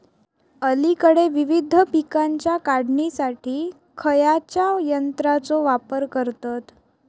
अलीकडे विविध पीकांच्या काढणीसाठी खयाच्या यंत्राचो वापर करतत?